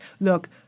look—